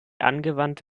angewandt